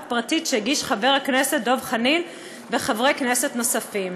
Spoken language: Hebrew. פרטית שהגישו חבר הכנסת דב חנין וחברי כנסת נוספים.